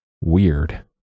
weird